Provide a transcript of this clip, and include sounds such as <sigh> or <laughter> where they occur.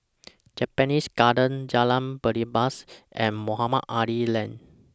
<noise> Japanese Garden Jalan Belibas and Mohamed Ali Lane